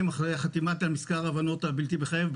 אחרי חתימת מזכר ההבנות הבלתי מחייב,